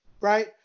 right